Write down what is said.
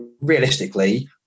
realistically